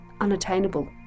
unattainable